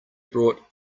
brought